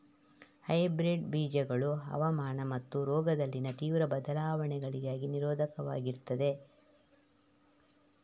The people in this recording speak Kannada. ಹೈಬ್ರಿಡ್ ಬೀಜಗಳು ಹವಾಮಾನ ಮತ್ತು ರೋಗದಲ್ಲಿನ ತೀವ್ರ ಬದಲಾವಣೆಗಳಿಗೆ ನಿರೋಧಕವಾಗಿರ್ತದೆ